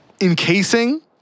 encasing